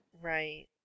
right